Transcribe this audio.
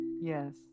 Yes